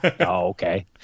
okay